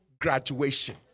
graduation